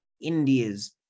india's